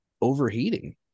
overheating